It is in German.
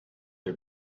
der